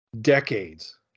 decades